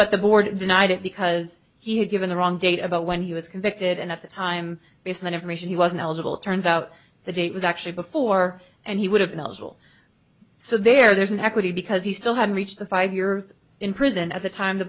rebut the board denied it because he had given the wrong date about when he was convicted and at the time based on information he wasn't eligible turns out the date was actually before and he would have been eligible so there's an equity because he still hadn't reached the five years in prison at the t